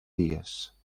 dies